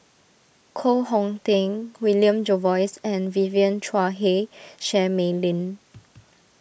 Koh Hong Teng William Jervois and Vivien Quahe Seah Mei Lin